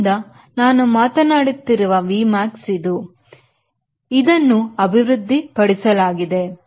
ಆದ್ದರಿಂದ ನಾನು ಮಾತನಾಡುತ್ತಿರುವ Vmax ಇದು ಆದ ಅದನ್ನು ಅಭಿವೃದ್ಧಿಪಡಿಸಲಾಗಿದೆ